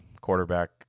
quarterback